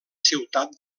ciutat